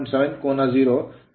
19 ಕೋನ 7